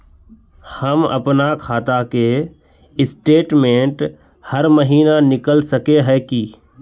हम अपना खाता के स्टेटमेंट हर महीना निकल सके है की?